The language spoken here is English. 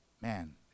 Man